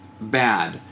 bad